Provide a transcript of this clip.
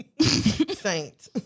Saint